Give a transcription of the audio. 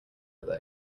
other